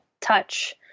touch